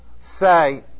say